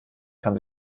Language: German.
kann